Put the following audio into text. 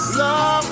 love